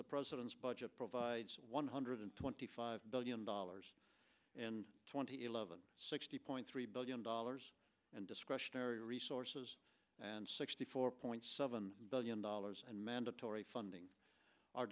the president's budget provides one hundred twenty five billion dollars and twenty eleven point three billion dollars in discretionary resources and sixty four point seven billion dollars in mandatory funding our